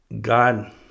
God